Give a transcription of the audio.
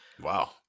Wow